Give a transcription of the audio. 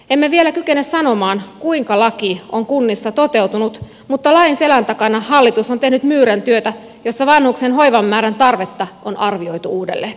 emme vielä kykene sanomaan kuinka laki on kunnissa toteutunut mutta lain selän takana hallitus on tehnyt myyräntyötä jossa vanhuksen hoivan määrän tarvetta on arvioitu uudelleen